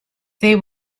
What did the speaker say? they